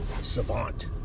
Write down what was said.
savant